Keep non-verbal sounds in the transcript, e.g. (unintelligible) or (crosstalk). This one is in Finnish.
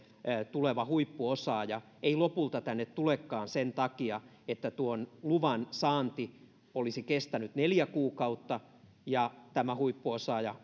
tuleva huippuosaaja ei lopulta tänne tulekaan sen takia että tuon luvan saanti olisi kestänyt neljä kuukautta ja tämä huippuosaaja (unintelligible)